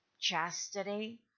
chastity